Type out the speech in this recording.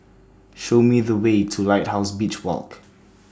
Show Me The Way to Lighthouse Beach Walk